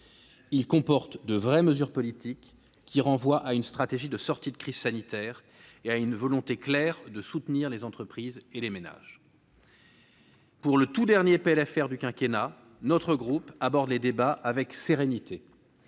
Il comporte de vraies mesures politiques, qui renvoient à une stratégie de sortie de crise sanitaire et à une volonté claire de soutenir les entreprises et les ménages. Pour le tout dernier projet de loi de finances rectificative du quinquennat, mon groupe aborde les débats avec sérénité.